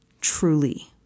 truly